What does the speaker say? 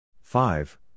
Five